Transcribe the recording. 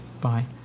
Bye